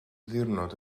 ddiwrnod